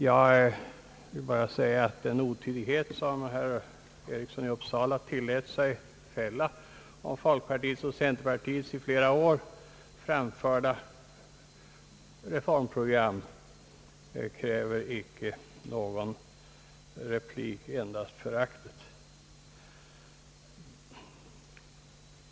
Jag vill bara säga att denna otidighet mot folkpartiets och centerpartiets i flera år framförda reformprogram icke kräver någon replik, endast förakt.